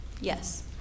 Yes